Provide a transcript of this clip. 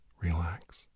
relax